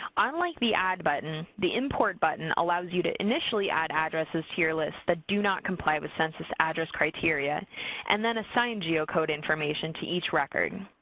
unlike the add button, the import button allows you to initially add addresses to your list that do not comply with census address criteria and then assign geocode information to each record.